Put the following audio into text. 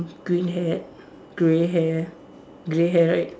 green hat grey hair grey hair right